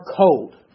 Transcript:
code